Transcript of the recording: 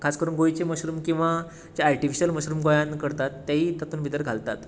खास करून गोंयचे मश्रुम किंवा आर्टिफिशल मश्रुम गोंयांत करतात तेंयीय तातूंत भितर घालतात